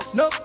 no